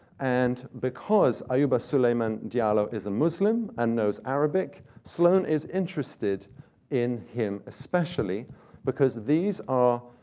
and because ayuba suleiman diallo is a muslim, and knows arabic, sloane is interested in him, especially because these are